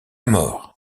mort